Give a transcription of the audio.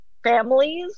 families